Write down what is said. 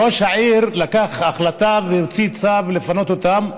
ראש העיר קיבל החלטה והוציא צו לפנות אותם,